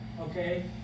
okay